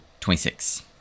twenty-six